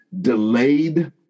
delayed